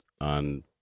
on